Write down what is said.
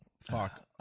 Fuck